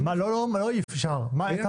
אי אפשר להחליט -- לא "אי אפשר".